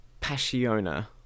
Passiona